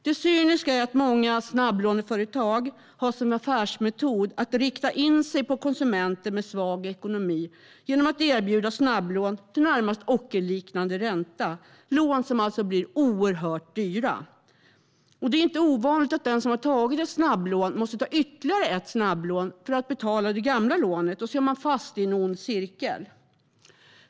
Det cyniska är att många snabblåneföretag har som affärsmetod att rikta in sig på konsumenter med svag ekonomi genom att erbjuda snabblån till närmast ockerliknande ränta, lån som alltså blir oerhört dyra. Det är heller inte ovanligt att den som tagit ett snabblån måste ta ett nytt snabblån för att betala det gamla, och så är man fast i en ond cirkel.